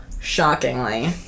shockingly